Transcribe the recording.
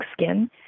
skin